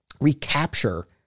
recapture